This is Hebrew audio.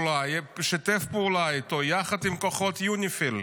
שיתף פעולה איתו יחד עם כוחות יוניפי"ל.